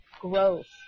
growth